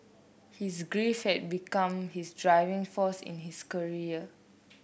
his grief had become his driving force in his career